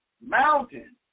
mountain